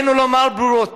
עלינו לומר ברורות: